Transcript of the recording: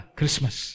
Christmas